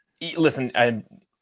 listen